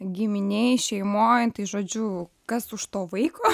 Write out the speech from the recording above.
giminėj šeimoj tai žodžiu kas už to vaiko